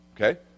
okay